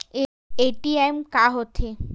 ATM का होथे?